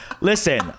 Listen